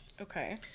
Okay